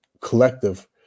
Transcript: collective